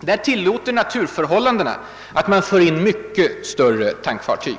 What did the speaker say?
Där »tillåter naturförhållandena» att man för in mycket större tankfartyg.